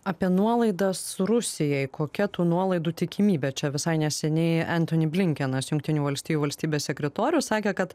apie nuolaidas rusijai kokia tų nuolaidų tikimybė čia visai neseniai antoni blinkenas jungtinių valstijų valstybės sekretorius sakė kad